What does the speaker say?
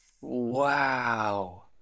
Wow